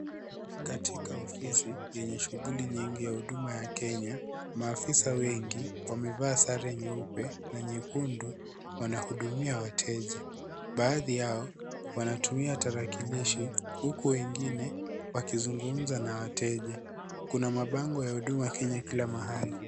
Katika ofisi yenye shughuli nyingi ya huduma ya Kenya. Maafisa wengi wamevaa sare nyeupe na nyekundu wanahudumia wateja. Baadhi yao wanatumia tarakilishi huku wengine wakizungumza na wateja. Kuna mabango ya Huduma Kenya kila mahali.